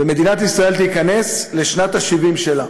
ומדינת ישראל תיכנס לשנת ה-70 שלה.